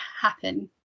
happen